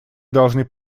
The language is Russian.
должны